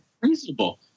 Reasonable